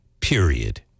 period